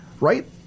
Right